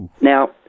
Now